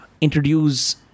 introduce